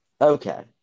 Okay